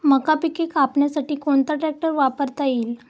मका पिके कापण्यासाठी कोणता ट्रॅक्टर वापरता येईल?